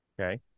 Okay